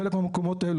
חלק מהמקומות האלה,